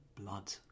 blood